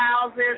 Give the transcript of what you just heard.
houses